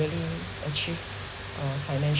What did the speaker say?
actually achieve uh financial